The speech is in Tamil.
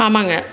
ஆமாங்க